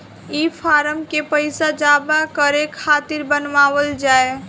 ई फारम के पइसा जमा करे खातिरो बनावल जाए